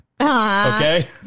Okay